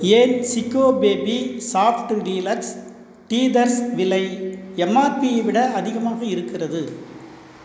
ஏன் Chicco baby soft deluxe teethers விலை எம்ஆர்பியை விட அதிகமாக இருக்கிறது